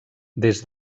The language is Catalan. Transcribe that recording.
des